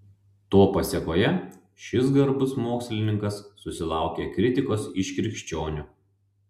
to pasėkoje šis garbus mokslininkas susilaukė kritikos iš krikščionių